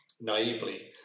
naively